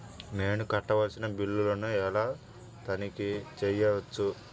నేను కట్టవలసిన బిల్లులను ఎలా తనిఖీ చెయ్యవచ్చు?